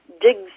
dig